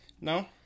No